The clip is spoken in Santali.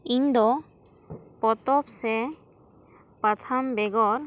ᱤᱧ ᱫᱚ ᱯᱚᱛᱚᱵ ᱥᱮ ᱯᱟᱛᱷᱟᱢ ᱵᱮᱜᱚᱨ